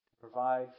provide